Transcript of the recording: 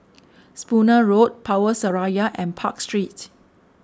Spooner Road Power Seraya and Park Street